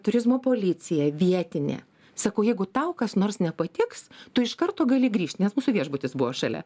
turizmo policija vietinė sakau jeigu tau kas nors nepatiks tu iš karto gali grįžt nes mūsų viešbutis buvo šalia